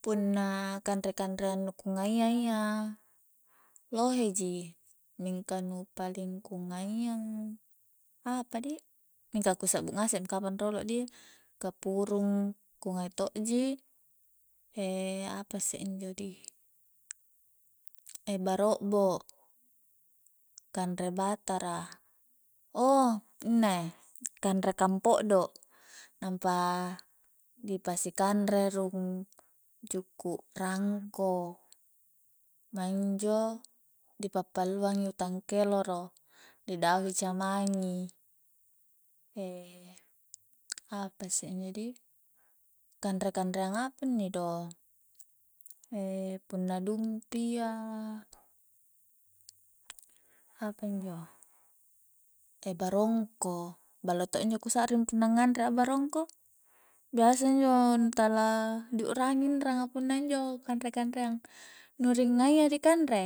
Punna kanre-kanreang nu ku ngaia iya lohe ji mingka nu paling ku ngaia apadi mingka ku sa'bu ngasekmi kapang rolo' dih kapurung ku ngai to' ji apa isse injo di baro'bo, kanre batara, ouh innie kanre kampo'do nampa di pasi kanre rung juku' ranngko maing injo di pa'palluang i utang keloro di dahui camangi apa isse injo dih kanre-kanreang apa inni do punna dumpi iya apanjo e barongko ballo to injo kusa'ring punna nganre a baraongko, biasa injo nu tala di u'rangi inranga punna injo kanre-kanreang nu ringngaia rikanre